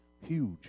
Huge